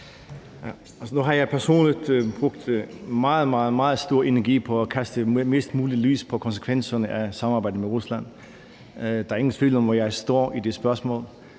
jeg personligt brugt meget, meget stor energi på at kaste mest muligt lys over konsekvenserne af samarbejdet med Rusland, og der er ingen tvivl om, hvor jeg står i det spørgsmål.